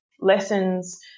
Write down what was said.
lessons